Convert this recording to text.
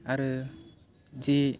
आरो जि